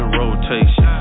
rotation